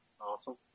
Awesome